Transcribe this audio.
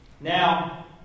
Now